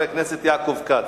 ואחריו, חבר הכנסת יעקב כץ,